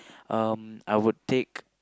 um I would take